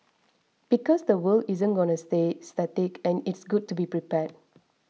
because the world isn't gonna stay static and it's good to be prepared